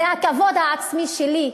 זה הכבוד העצמי שלי,